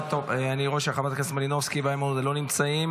אני רואה שחברת הכנסת מלינובסקי ואיימן עודה לא נמצאים.